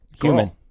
Human